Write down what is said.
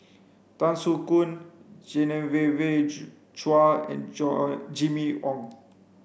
Tan Soo Khoon Chua and John Jimmy Ong